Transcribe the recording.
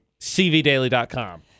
CVDaily.com